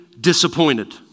disappointed